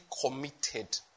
committed